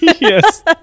Yes